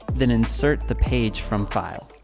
then insert the page from file.